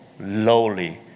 lowly